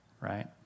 right